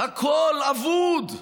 הכול אבוד,